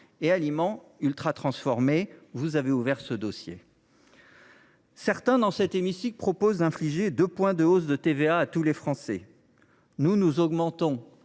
les aliments ultratransformés. Vous avez ouvert ce dossier. Certains dans cet hémicycle proposent d’infliger deux points de hausse de TVA à tous les Français. Pour notre part, nous